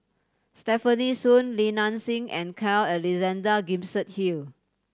Stefanie Sun Li Nanxing and Carl Alexander Gibson Hill